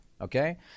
Okay